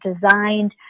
designed